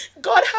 god